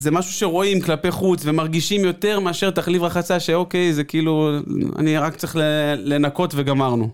זה משהו שרואים כלפי חוץ ומרגישים יותר מאשר תחליב רחצה שאוקיי זה כאילו אני רק צריך לנקות וגמרנו.